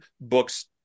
books